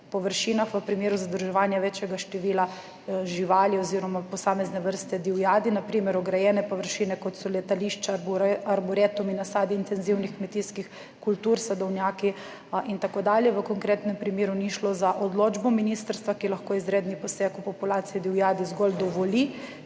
površinah v primeru zadrževanja večjega števila živali oziroma posamezne vrste divjadi, na primer ograjene površine, kot so letališča, arboretumi, nasadi intenzivnih kmetijskih kultur, sadovnjaki in tako dalje. V konkretnem primeru ni šlo za odločbo ministrstva, ki lahko izredni poseg v populacijo divjadi zgolj dovoli,